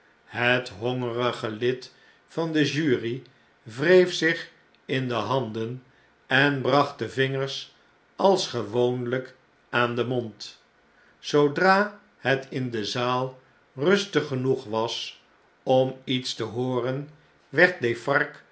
het hongerige lid van de jury wreef zich in de handen en oracht de vingers als gewoonlijk aan den mond zoodra het in de zaal rustig genoeg was om iets te hooren werd